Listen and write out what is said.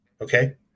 okay